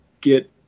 get